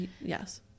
Yes